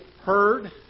heard